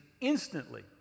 instantly